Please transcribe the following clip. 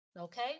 Okay